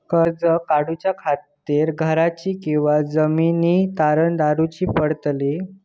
कर्ज काढच्या खातीर घराची किंवा जमीन तारण दवरूची पडतली?